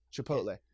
Chipotle